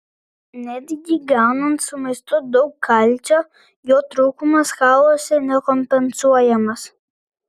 netgi gaunant su maistu daug kalcio jo trūkumas kauluose nekompensuojamas